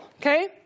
okay